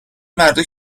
مردا